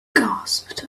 gasped